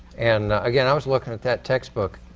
and again i was looking at that textbook.